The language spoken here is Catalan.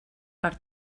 per